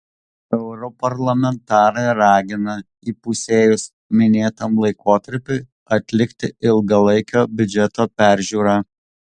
europarlamentarai ragina įpusėjus minėtam laikotarpiui atlikti ilgalaikio biudžeto peržiūrą